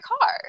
car